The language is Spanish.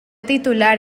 titular